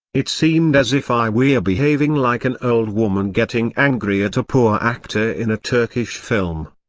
it seemed as if iwere behaving like an old woman getting angry at a poor actor in a turkish film.